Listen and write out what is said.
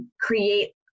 create